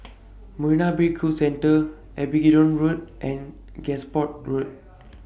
Marina Bay Cruise Centre Abingdon Road and Gosport Road